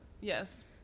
yes